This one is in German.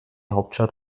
hauptstadt